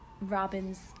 Robin's